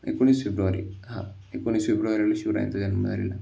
एकोणीस फेब्रुवारी हा एकोणीस फेब्रुवारीला शिवरायांचा जन्म झालेला